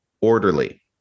orderly